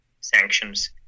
sanctions